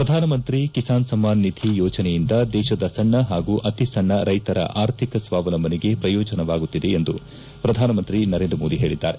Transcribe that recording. ಪ್ರಧಾನಮಂತ್ರಿ ಕಿಸಾನ್ ಸಮ್ಮಾನ್ ನಿಧಿ ಯೋಜನೆಯಿಂದ ದೇಶದ ಸಣ್ಣ ಹಾಗೂ ಅತಿ ಸಣ್ಣ ರೈತರ ಆರ್ಥಿಕ ಸ್ವಾವಲಂಬನೆಗೆ ಪ್ರಯೋಜನವಾಗುತ್ತಿದೆ ಎಂದು ಪ್ರಧಾನಮಂತ್ರಿ ನರೇಂದ್ರ ಮೋದಿ ಹೇಳಿದ್ದಾರೆ